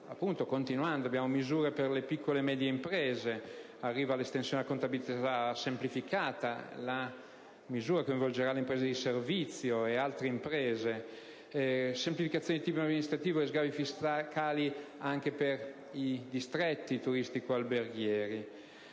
quanto riguarda le piccole e medie imprese, arriva l'estensione della contabilità semplificata: la misura coinvolgerà le imprese di servizio e altre imprese. Si procederà a semplificazioni di tipo amministrativo e sgravi fiscali anche per i distretti turistico-alberghieri.